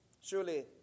Surely